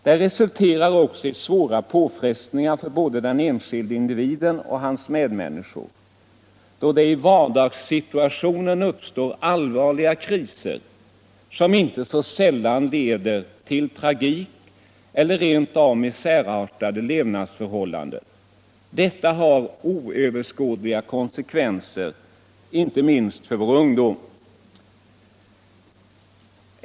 Det resulterar också i svåra påfrestningar för både den enskilde individen och hans medmänniskor, då det i vardagssituationen uppstår allvarliga kriser som inte sällan leder till tragik eller rent av misär. Detta har oöverskådliga konsekvenser, inte minst för vår ungdom.